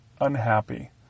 unhappy